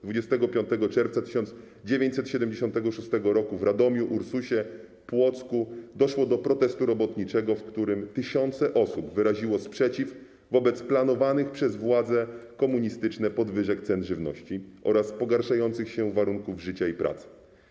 25 czerwca 1976 roku w Radomiu, Ursusie i Płocku doszło do protestu robotniczego, w którym tysiące osób wyraziło sprzeciw wobec planowanych przez władze komunistyczne podwyżek cen żywności oraz pogarszających się warunków życia i pracy.